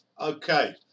Okay